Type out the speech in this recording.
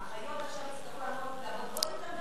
האחיות עכשיו יצטרכו לעבוד עוד יותר מהר?